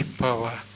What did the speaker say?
power